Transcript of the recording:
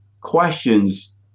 questions